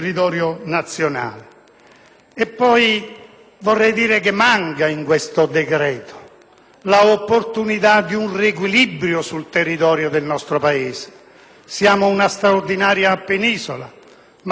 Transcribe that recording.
Vorrei poi dire che manca in questo decreto l'opportunità di attuare un riequilibrio territoriale del nostro Paese. Siamo una straordinaria penisola, con una